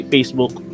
Facebook